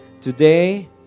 Today